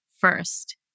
first